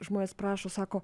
žmonės prašo sako